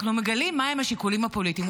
אנחנו מגלים מהם השיקולים הפוליטיים.